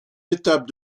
étapes